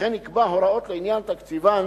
וכן יקבע הוראות לעניין תקציבן